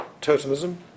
totemism